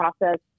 process